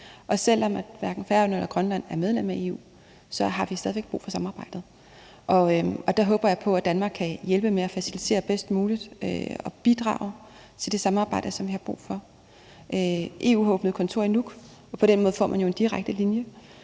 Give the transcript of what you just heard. og selv om hverken Færøerne eller Grønland er medlem af EU, så har vi stadig brug for samarbejdet. Og der håber jeg på, at Danmark kan hjælpe med at facilitetere det bedst muligt og bidrage til det samarbejde, som vi har brug for. EU har åbnet kontor i Nuuk. På måde får man jo en direkte linje,